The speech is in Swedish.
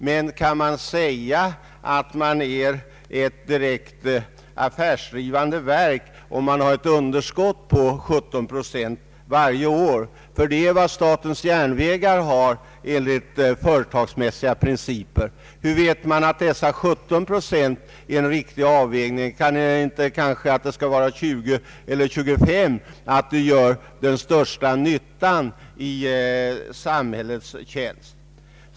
Men kan man säga att man är ett affärsdrivande verk om man har ett underskott på 17 procent varje år? Det är vad statens järnvägar har enligt företagsmässiga principer. Hur vet man att just 17 procent innebär en riktig avvägning? Kanske i stället den största nyttan för samhället skulle innebära 20 eller 25 procent?